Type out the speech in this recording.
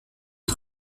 une